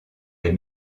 les